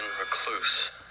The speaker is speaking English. recluse